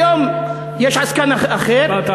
היום יש עסקן אחר, משפט אחרון.